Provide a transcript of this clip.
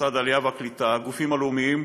משרד העלייה והקליטה והגופים הלאומיים